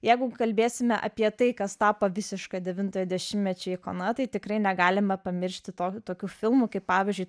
jeigu kalbėsime apie tai kas tapo visiška devintojo dešimtmečio ikona tai tikrai negalime pamiršti tokių tokių filmų kaip pavyzdžiui